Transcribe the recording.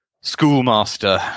schoolmaster